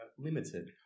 Limited